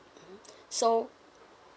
mmhmm so